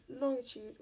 longitude